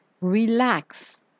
Relax